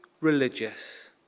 religious